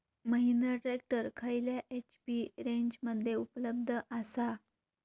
Mahindra tractor खयल्या HP रेंजमध्ये उपलब्ध आसा?